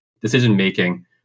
decision-making